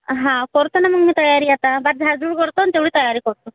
हा करतो ना मग मी तयारी आता बाद झाड झूड करतो आणि तेवढी तयारी करतो